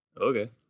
okay